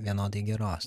vienodai geros